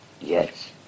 Yes